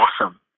awesome